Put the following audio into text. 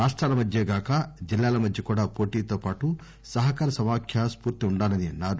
రాష్టాల మధ్యే గాక జిల్లాల మధ్య కూడా వోటీతోపాటు సహకార సమాఖ్య స్పూర్తి ఉండాలన్నారు